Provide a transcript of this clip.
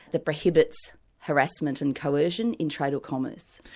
that prohibits harassment and coercion in trade or commerce.